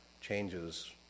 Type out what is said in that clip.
changes